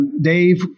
Dave